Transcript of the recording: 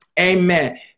Amen